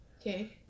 Okay